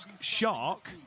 shark